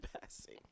passing